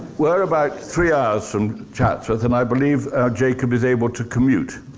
we're about three hours from chatsworth, and i believe jacob is able to commute.